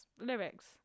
lyrics